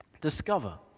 discover